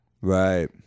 Right